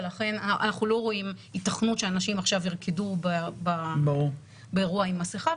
אנחנו לא רואים היתכנות שאנשים עכשיו ירקדו באירוע עם מסכה.